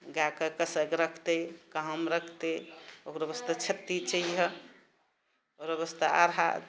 गाएके कइसेके रखतै कहाँमे रखतै ओकरो वास्ते छत्ती चाहिअऽ ओकरो वास्ते आहार